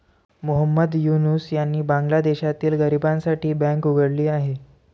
मोहम्मद युनूस यांनी बांगलादेशातील गरिबांसाठी बँक उघडली आहे